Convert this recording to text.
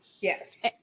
yes